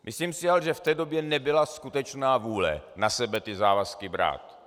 Myslím si ale, že v té době nebyla skutečná vůle na sebe ty závazky brát.